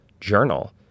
journal